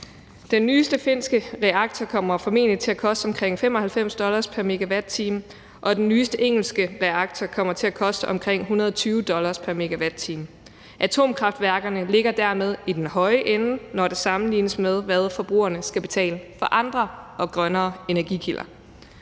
Den nyeste finske reaktors el kommer formentlig til at koste omkring 95 dollar pr. MWh, og den nyeste engelske reaktors el kommer til at koste omkring 120 dollar pr. MWh. Atomkraftværkerne ligger dermed i den høje ende, når der sammenlignes med, hvad forbrugerne skal betale for andre og grønnere energikilder.